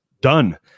done